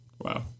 Wow